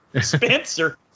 Spencer